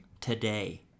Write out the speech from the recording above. Today